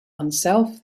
oneself